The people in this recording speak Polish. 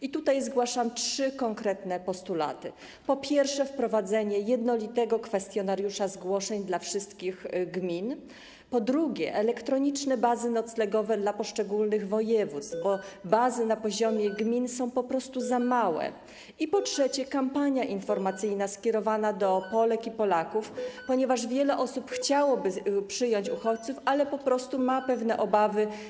I tutaj zgłaszam trzy konkretne postulaty: po pierwsze, wprowadzenie jednolitego kwestionariusza zgłoszeń dla wszystkich gmin, po drugie, elektroniczne bazy noclegowe dla poszczególnych województw, bo bazy na poziomie gmin są po prostu za małe, i, po trzecie, kampania informacyjna skierowana do Polek i Polaków, ponieważ wiele osób chciałoby przyjąć uchodźców, ale po prostu ma pewne obawy.